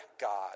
God